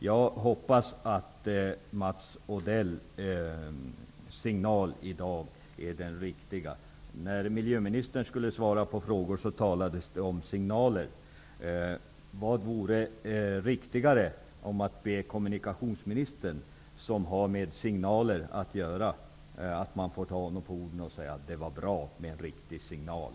Jag hopppas att Mats Odells signal i dag är riktig. När miljöministern svarade på frågor talades det om signaler. Vad vore riktigare än att ta kommunikationsministern, som har med signaler att göra, på orden och säga att det var bra med en riktig signal?